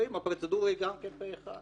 ואם הפרוצדורה היא גם כן פה אחד?